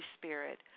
Spirit